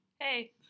Hey